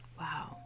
Wow